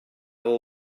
will